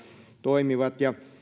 toimivat